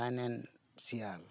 financial